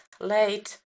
late